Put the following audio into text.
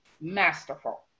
masterful